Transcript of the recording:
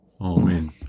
Amen